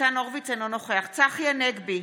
ניצן הורוביץ, אינו נוכח צחי הנגבי,